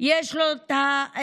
יש את הסבלנות